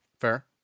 fair